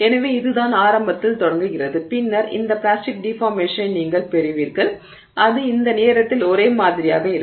எனவே இதுதான் ஆரம்பத்தில் தொடங்குகிறது பின்னர் இந்த பிளாஸ்டிக் டிஃபார்மேஷனை நீங்கள் பெறுவீர்கள் இது அந்த நேரத்தில் ஒரே மாதிரியாக இருக்கும்